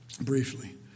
briefly